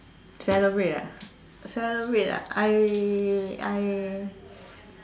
celebrate ah celebrate ah I I